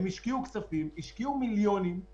אני רק טוען שהחיבור בין הסיוע למי שפוטר